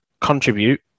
contribute